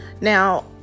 Now